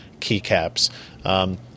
keycaps